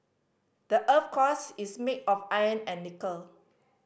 the earth's cores is made of iron and nickel